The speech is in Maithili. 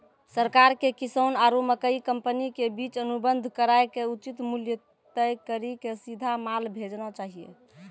सरकार के किसान आरु मकई कंपनी के बीच अनुबंध कराय के उचित मूल्य तय कड़ी के सीधा माल भेजना चाहिए?